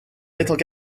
mettent